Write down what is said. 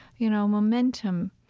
you know, momentum